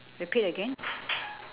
repeat again